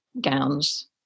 gowns